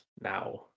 now